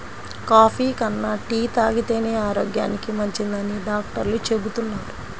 coffee కన్నా tea తాగితేనే ఆరోగ్యానికి మంచిదని డాక్టర్లు చెబుతున్నారు